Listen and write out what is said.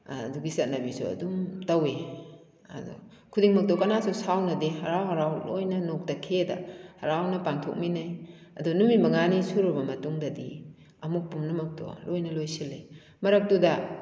ꯑꯗꯨꯒꯤ ꯆꯠꯅꯕꯤꯁꯨ ꯑꯗꯨꯝ ꯇꯧꯋꯤ ꯑꯗꯨ ꯈꯨꯗꯤꯡꯃꯛꯇꯨ ꯀꯅꯥꯁꯨ ꯁꯥꯎꯅꯗꯦ ꯍꯔꯥꯎ ꯍꯔꯥꯎ ꯂꯣꯏꯅ ꯅꯣꯛꯇ ꯈꯦꯗ ꯍꯔꯥꯎꯅ ꯄꯥꯡꯊꯣꯛꯃꯤꯟꯅꯩ ꯑꯗꯨ ꯅꯨꯃꯤꯠ ꯃꯉꯥꯅꯤ ꯁꯨꯔꯕ ꯃꯇꯨꯡꯗꯒꯤ ꯑꯃꯨꯛ ꯄꯨꯝꯅꯃꯛꯇꯣ ꯂꯣꯏꯅ ꯂꯣꯏꯁꯤꯜꯂꯤ ꯃꯔꯛꯇꯨꯗ